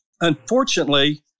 Unfortunately